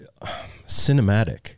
cinematic